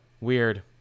Weird